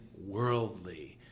worldly